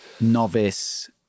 novice